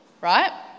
right